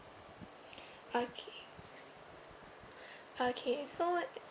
okay okay so